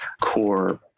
core